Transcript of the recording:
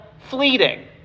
fleeting